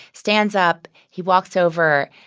stands up. he walks over,